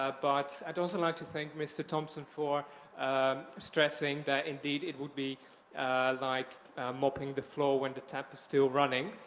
ah but, i'd also like to thank mr. thompson for stressing that, indeed, it would be like mopping the floor when the tap is still running.